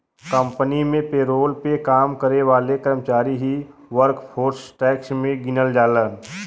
company में payroll पे काम करे वाले कर्मचारी ही वर्कफोर्स टैक्स में गिनल जालन